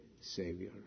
Savior